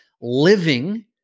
living